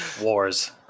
Wars